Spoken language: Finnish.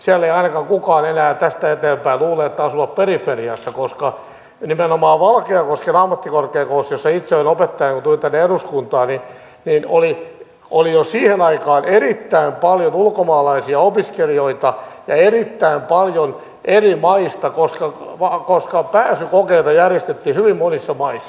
siellä ei ainakaan kukaan enää tästä eteenpäin luule että he asuvat periferiassa koska nimenomaan valkeakosken ammattikorkeakoulussa jossa itse olin opettajana kun tulin tänne eduskuntaan oli jo siihen aikaan erittäin paljon ulkomaalaisia opiskelijoita ja erittäin paljon eri maista koska pääsykokeita järjestettiin hyvin monissa maissa